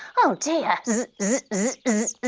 oh dear, zzzz,